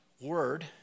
word